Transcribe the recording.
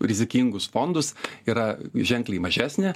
rizikingus fondus yra ženkliai mažesnė